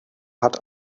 hat